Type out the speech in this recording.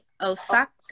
Osaka